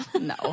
no